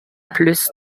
plus